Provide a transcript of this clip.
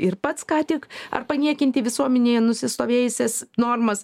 ir pats ką tik ar paniekinti visuomenėje nusistovėjusias normas